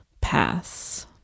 pass